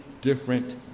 different